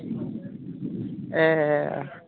ए